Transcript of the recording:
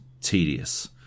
tedious